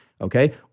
okay